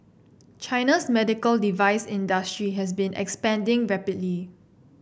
China's medical device industry has been expanding rapidly